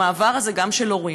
המעבר הזה, גם של הורים,